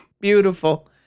beautiful